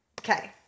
Okay